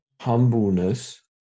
humbleness